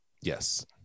Yes